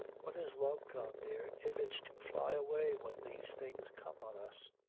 what is love, con dear, if it's to fly away when these things come on us?